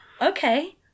Okay